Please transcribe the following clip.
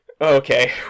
Okay